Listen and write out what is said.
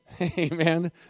Amen